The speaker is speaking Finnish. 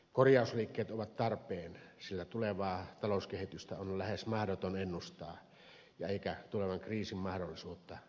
korjausliikkeet ovat tarpeen sillä tulevaa talouskehitystä on lähes mahdoton ennustaa eikä tulevan kriisin mahdollisuutta voi sulkea pois